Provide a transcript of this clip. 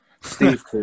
Steve